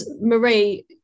marie